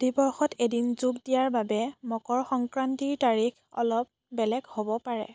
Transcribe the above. অধিবৰ্ষত এদিন যোগ দিয়াৰ বাবে মকৰ সংক্ৰান্তিৰ তাৰিখ অলপ বেলেগ হ'ব পাৰে